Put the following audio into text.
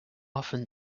often